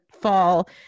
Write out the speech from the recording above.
fall